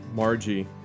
Margie